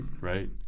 right